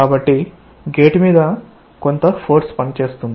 కాబట్టి గేట్ మీద కొంత ఫోర్స్ పని చేస్తుంది